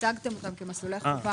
הצגתם אותם כמסלולי חובה.